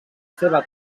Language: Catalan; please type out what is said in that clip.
seva